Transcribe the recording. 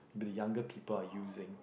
maybe the younger people are using